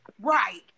Right